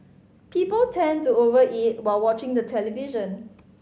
people tend to over eat while watching the television